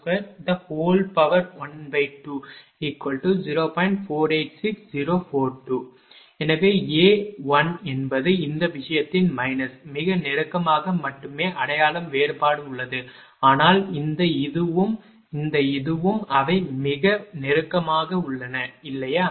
486042 எனவே A 1 என்பது இந்த விஷயத்தின் மைனஸ் மிக நெருக்கமாக மட்டுமே அடையாளம் வேறுபாடு உள்ளது ஆனால் இந்த இதுவும் இந்த இதுவும் அவை மிக நெருக்கமாக உள்ளன இல்லையா